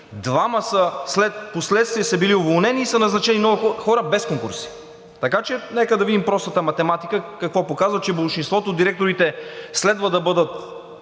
двама впоследствие са били уволнени и са назначени хора без конкурси. Така че нека да видим простата математика какво показва – че болшинството от директорите следва да бъдат